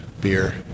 beer